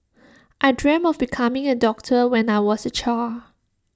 I dreamt of becoming A doctor when I was A child